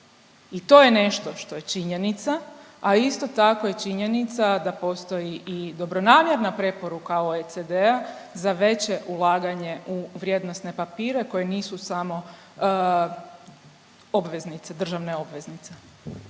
i to je nešto što je činjenica a isto tako je činjenica da postoji i dobronamjerna preporuka OECD-a za veće ulaganje u vrijednosne papire koje nisu samo obveznice, državne obveznice.